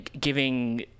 giving